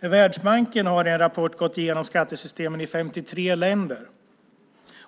Världsbanken har i en rapport gått igenom skattesystemen i 53 länder.